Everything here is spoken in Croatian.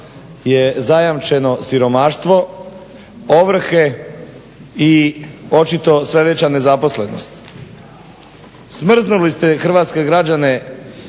je zajamčeno siromaštvo, ovrhe i očito sve veća nezaposlenost. Smrznuli ste hrvatske građane